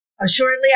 Assuredly